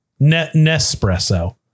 Nespresso